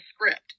script